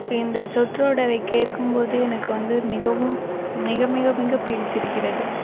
இப்போ இந்த சொற்றொடரை கேட்கும்போது எனக்கு வந்து மிகவும் மிக மிக மிக பிடித்திருக்கிறது